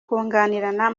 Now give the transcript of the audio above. kunganirana